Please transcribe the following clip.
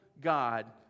God